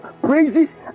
praises